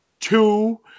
Two